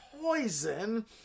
poison